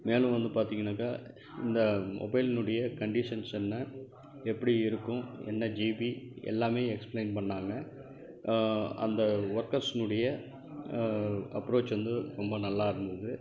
மேலும் வந்து பார்த்திங்கனாக்கா இந்த மொபைல்னுடைய கண்டிஷன்ஸ் என்ன எப்படி இருக்கும் என்ன ஜிபி எல்லாமே எக்ஸ்பிளைன் பண்ணாங்க அந்த ஒர்க்கர்ஸுனுடைய அப்ரோச் வந்து ரொம்ப நல்லாயிருந்தது